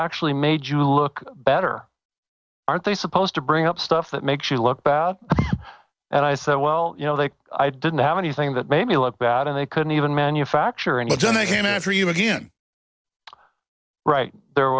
actually made you look better aren't they supposed to bring up stuff that makes you look bad and i said well you know they didn't have anything that made me look bad and they couldn't even manufacture an agent in a dream again right there